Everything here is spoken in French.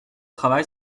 travail